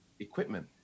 equipment